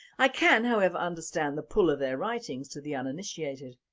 i can however understand the pull of their writings to the uninitiated,